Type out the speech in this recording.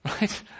right